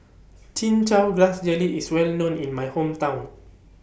Chin Chow Grass Jelly IS Well known in My Hometown